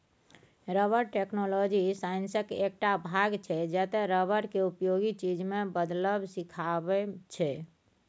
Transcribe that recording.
rubber technology साइंसक एकटा भाग छै जतय रबर केँ उपयोगी चीज मे बदलब सीखाबै छै